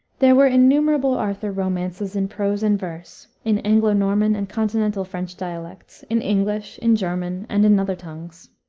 there were innumerable arthur romances in prose and verse, in anglo-norman and continental french dialects, in english, in german, and in other tongues.